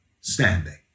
standing